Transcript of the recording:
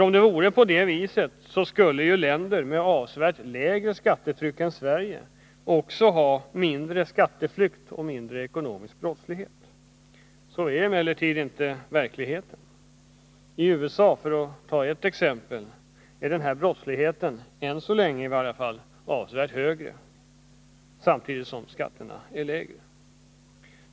Om det vore på det viset, skulle länder med avsevärt lägre skattetryck än Sverige också ha mindre skatteflykt och ekonomisk brottslighet. Sådan är emellertid inte verkligheten. I USA, för att ta ett exempel, är denna brottslighet — i varje fall ännu så länge — avsevärt högre samtidigt som skatterna är lägre.